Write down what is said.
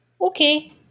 Okay